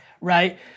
right